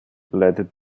leitet